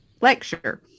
lecture